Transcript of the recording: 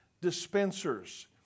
dispensers